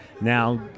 now